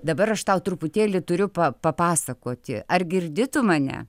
dabar aš tau truputėlį turiu pa papasakoti ar girdi tu mane